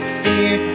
fear